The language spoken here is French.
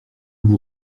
vous